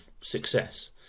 success